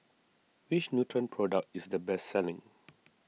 which Nutren product is the best selling